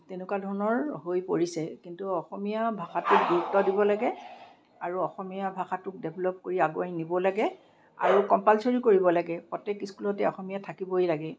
তেনেকুৱা ধৰণৰ হৈ পৰিছে কিন্তু অসমীয়া ভাষাটোক গুৰুত্ব দিব লাগে আৰু অসমীয়া ভাষাটোক ডেভেলপ কৰি আগুৱাই নিব লাগে আৰু কম্পালছৰি কৰিব লাগে প্ৰত্যেক স্কুলতে অসমীয়া থাকিবই লাগে